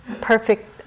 perfect